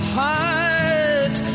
heart